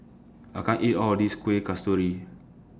I can't eat All of This Kuih Kasturi